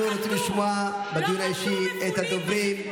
אנחנו רוצים לשמוע בדיון האישי את הדוברים,